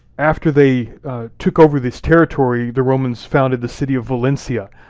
after they took over this territory the romans founded the city of valencia.